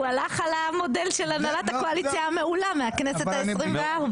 הלך על המודל של הנהלת הקואליציה המעולה מהכנסת ה-24.